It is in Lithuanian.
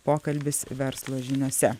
pokalbis verslo žiniose